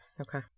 Okay